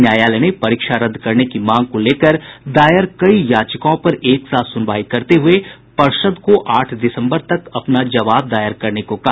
न्यायालय ने परीक्षा रद्द करने की मांग को लेकर दायर कई याचिकाओं पर एक साथ सुनवाई करते हुए पर्षद को आठ दिसम्बर तक अपना जवाब दायर करने को कहा